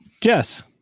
Jess